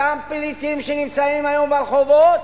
אותם פליטים שנמצאים היום ברחובות